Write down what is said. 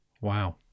Wow